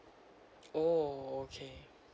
oh okay